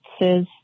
says